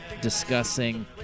discussing